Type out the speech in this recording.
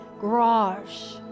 garage